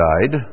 died